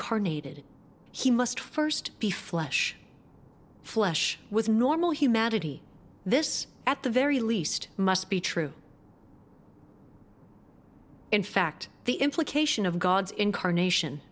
ted he must st be flesh flesh with normal humanity this at the very least must be true in fact the implication of god's incarnation